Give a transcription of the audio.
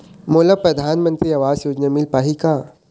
मोला परधानमंतरी आवास योजना मिल पाही का?